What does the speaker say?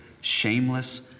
shameless